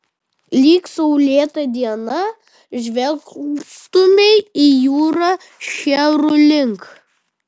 lyg saulėtą dieną žvelgtumei į jūrą šcherų link